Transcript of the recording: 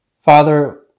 Father